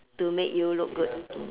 to make you look good